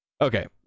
okay